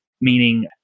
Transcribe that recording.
meaning